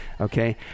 okay